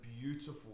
beautiful